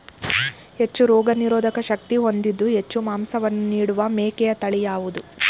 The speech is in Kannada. ಹೆಚ್ಚು ರೋಗನಿರೋಧಕ ಶಕ್ತಿ ಹೊಂದಿದ್ದು ಹೆಚ್ಚು ಮಾಂಸವನ್ನು ನೀಡುವ ಮೇಕೆಯ ತಳಿ ಯಾವುದು?